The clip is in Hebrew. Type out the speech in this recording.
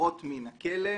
מחברות מן הכלא,